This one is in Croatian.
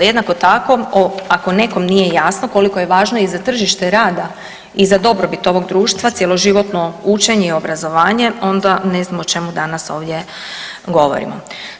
Jednako tako, ako nekom nije jasno koliko je važno i za tržište rada i za dobrobit ovog društva cjeloživotno učenje i obrazovanje, onda ne znam o čemu danas ovdje govorim.